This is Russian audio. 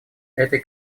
этой